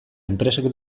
enpresek